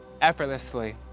effortlessly